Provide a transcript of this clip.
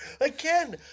Again